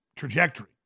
trajectory